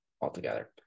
altogether